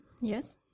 Yes